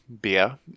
beer